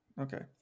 Okay